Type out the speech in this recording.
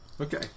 Okay